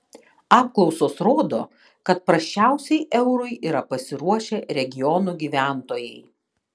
apklausos rodo kad prasčiausiai eurui yra pasiruošę regionų gyventojai